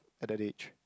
at that age